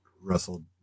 Russell